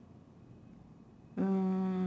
um